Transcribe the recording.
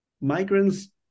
migrants